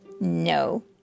no